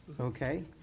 Okay